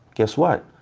guess what?